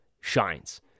shines